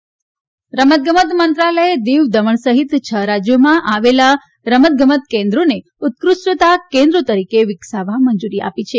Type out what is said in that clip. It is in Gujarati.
ખેલો કેન્દ્રો રમતગમત મંત્રાલયે દીવ દમણ સહિત છ રાજ્યોમાં આવેલા રમતગમત કેન્દ્રોને ઉત્કૃષ્ટતા કેન્દ્રો તરીકે વિકસાવવા મંજુરી આપી છે